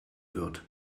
wird